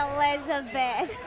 Elizabeth